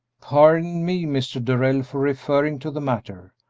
pardon me, mr. darrell, for referring to the matter.